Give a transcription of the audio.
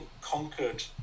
conquered